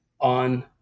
on